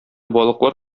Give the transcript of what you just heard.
балыклар